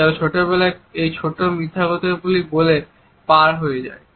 যারা ছোটবেলায় এই ছোট মিথ্যাগুলি বলে পার পেয়ে যায়